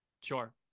sure